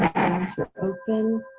eyes would open,